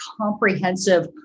comprehensive